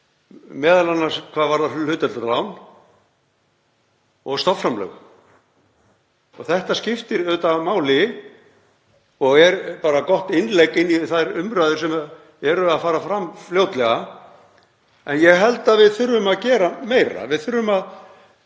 m.a. hvað varðar hlutdeildarlán og stofnframlög. Þetta skiptir auðvitað máli og er bara gott innlegg inn í þær umræður sem eru að fara fram fljótlega. En ég held að við þurfum að gera meira. Það er